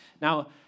Now